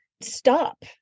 stop